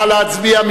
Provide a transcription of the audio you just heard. נא להצביע.